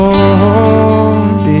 Lord